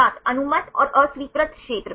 छात्र अनुमत और अस्वीकृत क्षेत्र